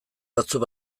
batzuk